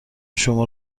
شما